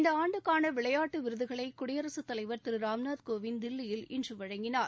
இந்த ஆண்டுக்கான தேசிய விளையாட்டு விருதுகளை குடியரசுத் தலைவா் திரு ராம்நாத் கோவிந்த் தில்லியில் இன்று வழங்கினார்